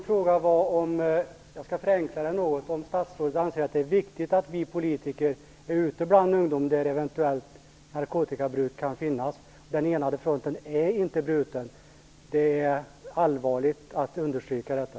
Fru talman! Jag skall förenkla min fråga något. Den enade fronten är inte bruten. Det är viktigt att understryka detta.